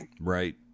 Right